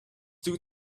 due